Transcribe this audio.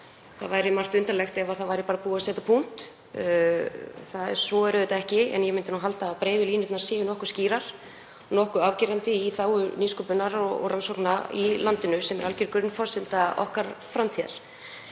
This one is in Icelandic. Það væri margt undarlegt ef þar væri bara búið að setja punkt. Svo er auðvitað ekki en ég myndi nú halda að breiðu línurnar væru nokkuð skýrar, nokkuð afgerandi í þágu nýsköpunar og rannsókna í landinu sem er algjör grunnforsenda framtíðar